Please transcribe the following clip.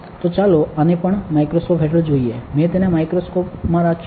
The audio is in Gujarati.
તો ચાલો આને પણ માઇક્રોસ્કોપ હેઠળ જોઈએ મેં તેને માઇક્રોસ્કોપ માં રાખ્યું છે